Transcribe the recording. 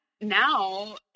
now